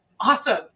Awesome